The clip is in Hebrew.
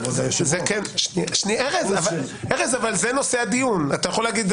זה נושא הדיון.